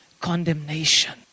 condemnation